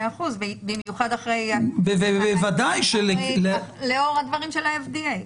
מאה אחוז, ואם היא תוכל לאור הדברים של ה-FDA.